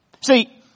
See